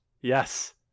yes